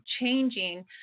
changing